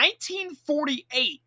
1948